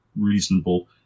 reasonable